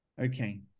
okay